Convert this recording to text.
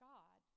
God